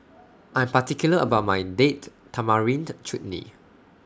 I Am particular about My Date Tamarind Chutney